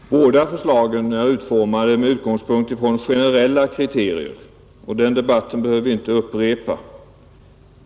Herr talman! Båda förslagen är utformade med utgångspunkt i generella kriterier — den debatten behöver vi inte upprepa.